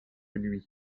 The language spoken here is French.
nuit